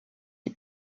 die